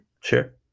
Sure